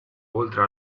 oltre